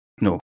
No